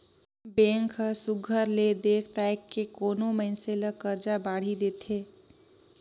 bank हर सुग्घर ले देख ताएक के कोनो मइनसे ल करजा बाड़ही देथे